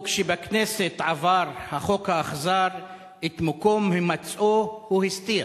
וכשבכנסת עבר / החוק האכזר / את מקום הימצאו הוא הסתיר.